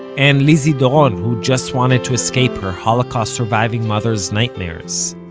and lizzie doron, who just wanted to escape her holocaust-surviving-mother's nightmares.